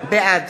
בעד